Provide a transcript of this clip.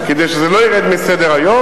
כדי שזה לא ירד מסדר-היום,